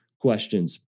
questions